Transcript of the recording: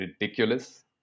ridiculous